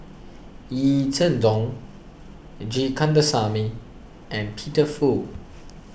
Yee Jenn Jong G Kandasamy and Peter Fu